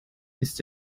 ist